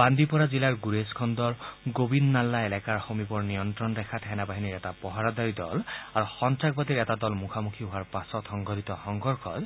বন্দিপৰা জিলাৰ গুৰেজ খণ্ডৰ গোবিন্দ নাল্লাহ এলেকাৰ সমীপৰ নিয়ন্ত্ৰণ ৰেখাত সেনা বাহিনীৰ এটা প্ৰহৰাদাৰী দল আৰু সন্তাসবাদীৰ এটা দল মুখামুখী হোৱাৰ পাছত সংঘটিত সংঘৰ্ষত